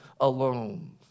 alone